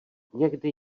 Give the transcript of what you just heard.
někdy